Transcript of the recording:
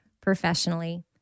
professionally